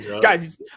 Guys